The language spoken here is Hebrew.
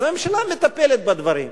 אז הממשלה מטפלת בדברים.